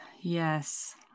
Yes